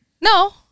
No